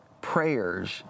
Prayers